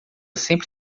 sempre